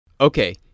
Okay